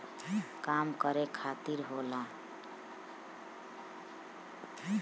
काम करे खातिर होला